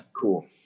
Cool